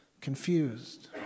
confused